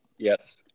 Yes